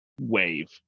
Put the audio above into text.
wave